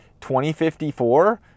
2054